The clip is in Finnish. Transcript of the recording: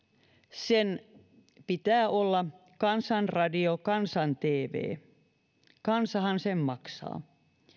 sen pitää olla kansan radio kansan tv kansahan sen maksaa